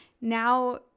now